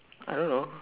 I don't know